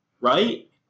right